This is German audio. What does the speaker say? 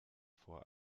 vor